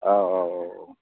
औ औ औ